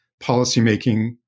policymaking